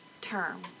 term